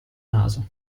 naso